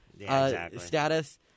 status